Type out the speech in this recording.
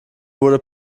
wurde